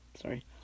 Sorry